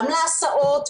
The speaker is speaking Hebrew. גם להסעות,